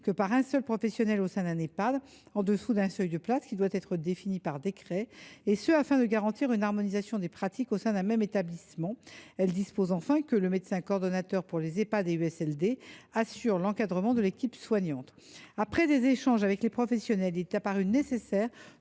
que par un seul professionnel au sein d’un Ehpad, en dessous d’un seuil de places qui doit être défini par décret, afin de garantir une harmonisation des pratiques au sein d’un même établissement. Elle dispose enfin que le médecin coordonnateur pour les Ehpad et USLD assure l’encadrement de l’équipe soignante. Après des échanges avec les professionnels, il est apparu nécessaire